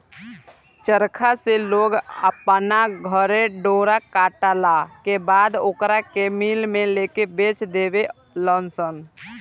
चरखा से लोग अपना घरे डोरा कटला के बाद ओकरा के मिल में लेके बेच देवे लनसन